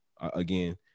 again